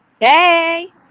Hey